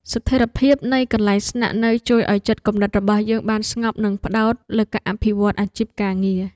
ស្ថិរភាពនៃកន្លែងស្នាក់នៅជួយឱ្យចិត្តគំនិតរបស់យើងបានស្ងប់និងផ្ដោតលើការអភិវឌ្ឍអាជីពការងារ។